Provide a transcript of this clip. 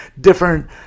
different